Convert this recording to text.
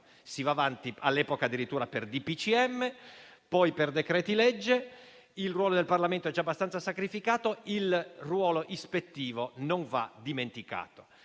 andava avanti addirittura per DPCM, poi per decreti-legge; il ruolo del Parlamento è già abbastanza sacrificato, e il ruolo ispettivo non va dimenticato.